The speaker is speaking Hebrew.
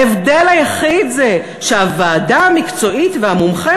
ההבדל היחיד הוא שהוועדה המקצועית והמומחה